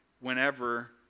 whenever